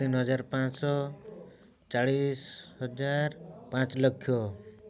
ତିନି ହଜାର ପାଞ୍ଚଶହ ଚାଳିଶି ହଜାର ପାଞ୍ଚ ଲକ୍ଷ